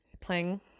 playing